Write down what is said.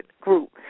group